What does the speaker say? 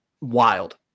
wild